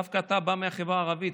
דווקא אתה בא מהחברה הערבית,